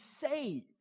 save